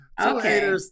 Okay